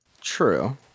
True